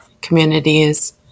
communities